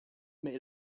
made